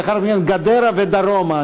ולאחר מכן גדרה ודרומה,